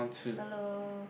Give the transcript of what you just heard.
hello